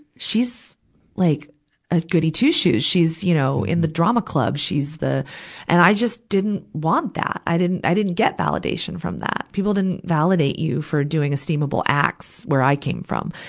she's like a goodie two-shoes. she's, you know, in the drama club. she's the and i just didn't want that. i didn't, i didn't get validation from that. people didn't validate you for doing esteemable acts, where i came from.